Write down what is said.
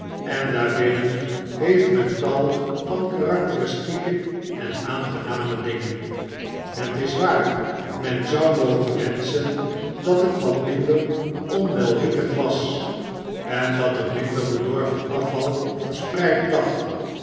en daarbinnen heeft men tal van karakteristieke en aangename dingen het is waar men zou mogen wenschen dat het wat minder onwelriekend was en dat er minder bedorven afval verspreid lag